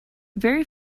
very